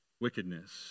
wickedness